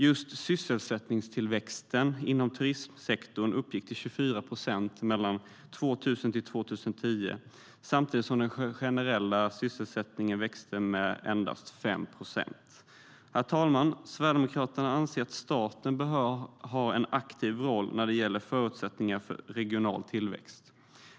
Just sysselsättningstillväxten inom turismsektorn uppgick till 24 procent mellan 2000 och 2010, samtidigt som den generella sysselsättningen växte med endast 5 procent. Herr talman! Sverigedemokraterna anser att staten bör ha en aktiv roll när det gäller förutsättningar för regional tillväxt.